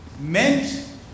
meant